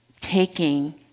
taking